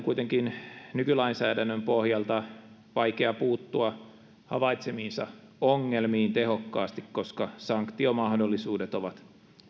kuitenkin nykylainsäädännön pohjalta vaikea puuttua havaitsemiinsa ongelmiin tehokkaasti koska sanktiomahdollisuudet ovat